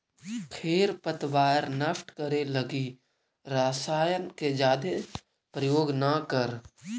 खेर पतवार नष्ट करे लगी रसायन के जादे प्रयोग न करऽ